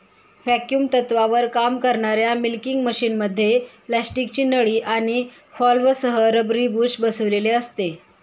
vacuum तत्त्वावर काम करणाऱ्या मिल्किंग मशिनमध्ये प्लास्टिकची नळी आणि व्हॉल्व्हसह रबरी बुश बसविलेले असते